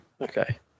Okay